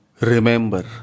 Remember